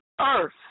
earth